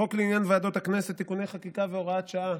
חוק לעניין ועדות הכנסת (תיקוני חקיקה והוראת שעה)